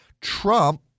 Trump